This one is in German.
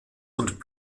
und